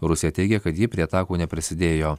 rusija teigia kad ji prie atakų neprisidėjo